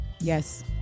Yes